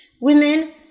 Women